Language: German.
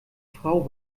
frau